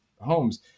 homes